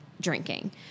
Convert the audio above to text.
drinking